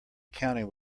accounting